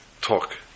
talk